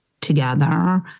together